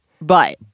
But-